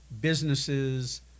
businesses